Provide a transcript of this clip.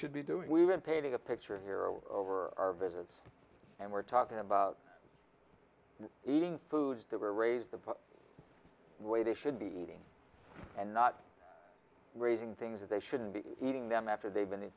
should be doing we've been painting a picture here over our visits and we're talking about eating foods that were raised the the way they should be eating and not raising things they shouldn't be eating them after they've been